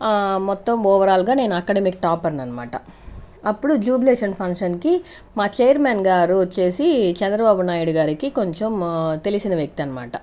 మొత్తం ఓవరాల్గా నేను అకాడమిక్ టాపర్ను అనమాట అప్పుడు జూబ్లేషన్ ఫంక్షన్కి మా చైర్మన్గారు వచ్చేసి చంద్రబాబు నాయుడు గారికి కొంచెం తెలిసిన వ్యక్తనమాట